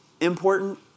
important